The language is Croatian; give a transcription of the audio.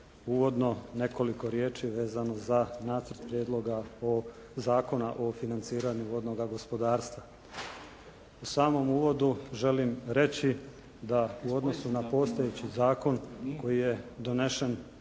uvodno nekoliko riječi vezano za Nacrt prijedloga o, Zakona o financiranju vodnoga gospodarstva. U samom uvodu želim reći da u odnosu na postojeći zakon koji je donesen